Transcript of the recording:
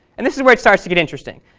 and this is where it starts to get interesting.